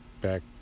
back